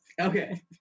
Okay